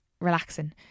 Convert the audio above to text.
relaxing